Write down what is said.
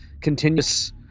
continuous